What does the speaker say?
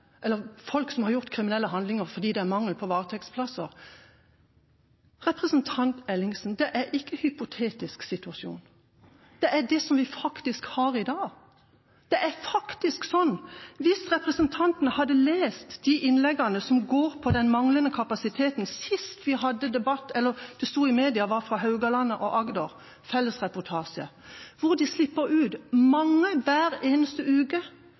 handlinger, fordi det er mangel på varetektsplasser. Det er ikke en hypotetisk situasjon, det er den situasjonen vi har i dag. Jeg vet ikke om representanten har lest innleggene om den manglende kapasiteten sist vi hadde debatt, eller det som sto i en felles reportasje i media fra Haugaland og Agder – hvor de slipper ut mange hver eneste uke